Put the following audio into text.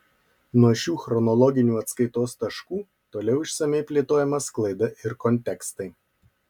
nuo šių chronologinių atskaitos taškų toliau išsamiai plėtojama sklaida ir kontekstai